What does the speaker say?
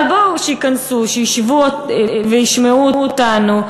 אבל בואו, שייכנסו, שישבו וישמעו אותנו.